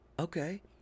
Okay